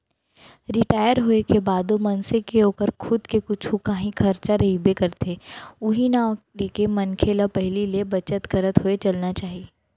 retire होए के बादो मनसे के ओकर खुद के कुछु कांही खरचा रहिबे करथे उहीं नांव लेके मनखे ल पहिली ले बचत करत होय चलना चाही